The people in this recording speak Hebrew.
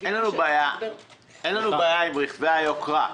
אין לנו בעיה עם רכבי היוקרה.